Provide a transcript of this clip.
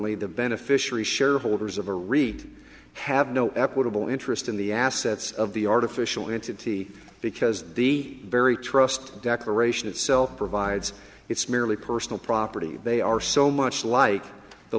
y the beneficiary shareholders of a read have no equitable interest in the assets of the artificial in city because the very trust decoration itself provides it's merely personal property they are so much like the